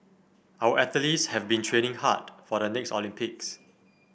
our athletes have been training hard for the next Olympics